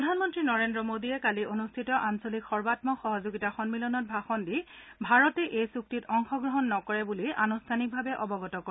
প্ৰধানমন্ত্ৰী নৰেন্দ্ৰ মোদীয়ে কালি অনুষ্ঠিত আঞ্চলিক সৰ্বাম্মক সহযোগিতা সম্মিলনত ভাষণ দি ভাৰতে এই চুক্তিত অংশ গ্ৰহণ নকৰে বুলি আনুষ্ঠানিকভাৱে অৱগত কৰে